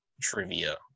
trivia